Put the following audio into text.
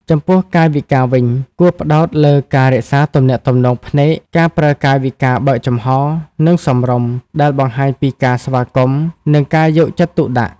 ចំពោះកាយវិការវិញ គួរផ្តោតលើការរក្សាទំនាក់ទំនងភ្នែក ការប្រើកាយវិការបើកចំហរ និងសមរម្យ ដែលបង្ហាញពីការស្វាគមន៍ និងការយកចិត្តទុកដាក់។